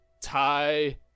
tie